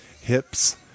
hips